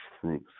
truth